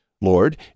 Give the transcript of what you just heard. Lord